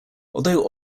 although